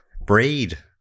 breed